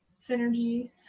synergy